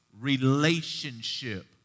relationship